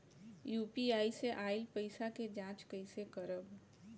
UPI से आइल पईसा के जाँच कइसे करब?